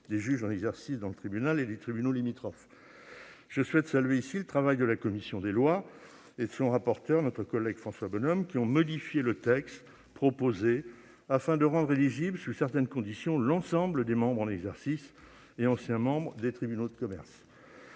des juges en exercice dans le tribunal et les tribunaux limitrophes. Je souhaite saluer ici le travail de la commission des lois et de son rapporteur, notre collègue François Bonhomme, qui ont modifié le texte proposé, afin de rendre éligibles, sous certaines conditions, l'ensemble des membres en exercice et anciens membres des tribunaux de commerce.